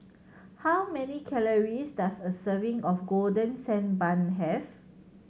how many calories does a serving of Golden Sand Bun have